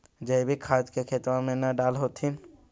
जैवीक खाद के खेतबा मे न डाल होथिं?